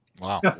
Wow